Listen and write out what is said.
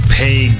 pay